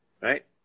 right